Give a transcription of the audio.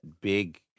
big